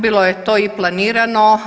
Bilo je to i planirano.